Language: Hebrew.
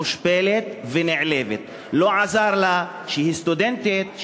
מושפלת ונעלבת לא עזר לה שהיא סטודנטית,